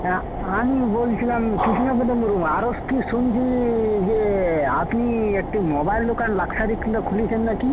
হ্যাঁ আমি বলছিলাম কৃষ্ণপদ বড়ুয়া আরও স্ কী শুনছি যে আপনি একটি মোবাইল দোকান লাক্সারি খুলেছেন নাকি